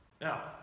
Now